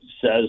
says